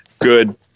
Good